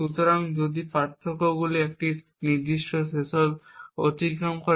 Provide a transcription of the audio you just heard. সুতরাং যদি এই পার্থক্যগুলি একটি নির্দিষ্ট থ্রেশহোল্ড অতিক্রম করে